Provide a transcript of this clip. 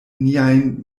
niajn